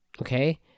okay